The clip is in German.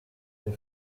der